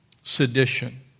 sedition